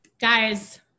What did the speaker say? guys